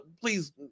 please